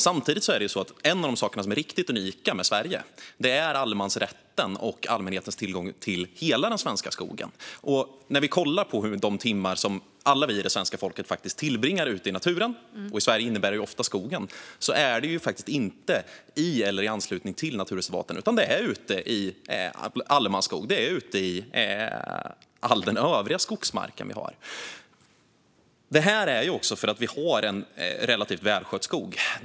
Samtidigt är det så att en av de saker som är riktigt unika med Sverige är allemansrätten och allmänhetens tillgång till hela den svenska skogen. Under den största delen av alla de timmar som vi i svenska folket tillbringar ute i naturen - i Sverige innebär det ofta skogen - är vi inte i eller i anslutning till naturreservaten, utan ute i allemansskog, i all den övriga skogsmark vi har. Det är också för att vi har en relativt välskött skog.